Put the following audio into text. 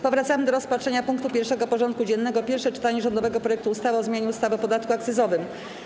Powracamy do rozpatrzenia punktu 1. porządku dziennego: Pierwsze czytanie rządowego projektu ustawy o zmianie ustawy o podatku akcyzowym.